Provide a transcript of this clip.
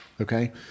Okay